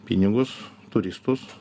pinigus turistus